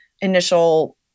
initial